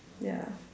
ya